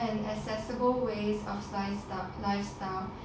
and accessible ways of lifestyle lifestyle